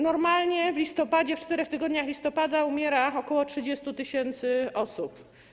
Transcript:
Normalnie w listopadzie, w czterech tygodniach listopada umiera ok. 30 tys. osób.